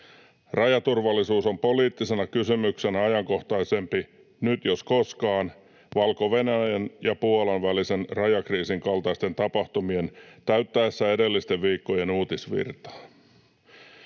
Rajaturvallisuus on poliittisena kysymyksenä nyt ajankohtaisempi kuin koskaan Valko-Venäjän ja Puolan välisen rajakriisin kaltaisten tapahtumien täyttäessä edellisten viikkojen uutisvirtaa.